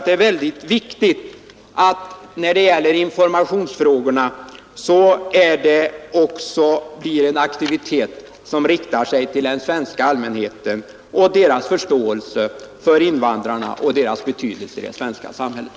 Det är viktigt att när det gäller informationsfrågorna också ha en aktivitet som riktar sig till den svenska allmänheten så att den får förståelse för invandrarna och deras betydelse i det svenska samhället.